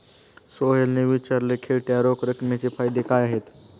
सोहेलने विचारले, खेळत्या रोख रकमेचे फायदे काय आहेत?